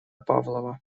павлова